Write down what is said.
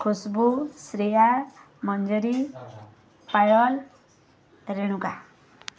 Khushbu Shriya Manjari Payal Renuka